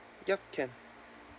yup can